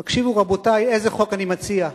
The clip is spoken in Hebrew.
תקשיבו, רבותי, איזה חוק אני מציע,